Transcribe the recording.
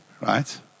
right